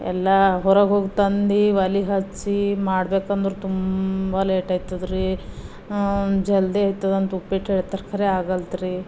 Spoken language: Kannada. ಎಲ್ಲ ಹೊರಗೆ ಹೋಗಿ ತಂದು ಒಲೆ ಹಚ್ಚಿ ಮಾಡ್ಬೇಕಂದ್ರೆ ತುಂಬ ಲೇಟಾಯ್ತದ್ರೀ ಜಲ್ದಿ ಆಯ್ತದಂತ ಉಪ್ಪಿಟ್ಟು ಹೇಳ್ತೀರಿ ಖರೆ ಆಗಲ್ದ್ರೀ